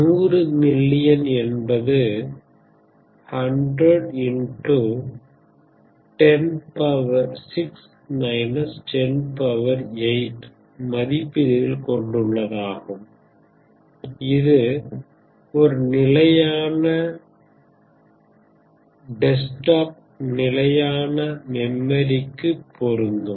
100 million என்பது மதிப்பீடுகள் கொண்டுள்ளதாகும் இது ஒரு நிலையான டெஸ்க்டாப்பின் நிலையான மெம்மேரிக்கு பொருந்தும்